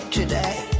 today